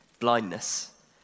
blindness